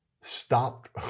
stopped